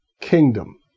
kingdom